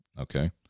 Okay